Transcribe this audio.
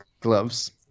gloves